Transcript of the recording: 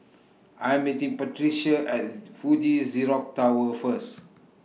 I Am meeting Patricia At Fuji Xerox Tower First